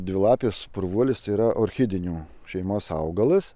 dvilapis purvuolis tai yra orchidinių šeimos augalas